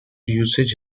usage